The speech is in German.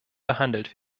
behandelt